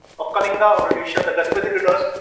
of kalinga or odisha, the gajapati rulers.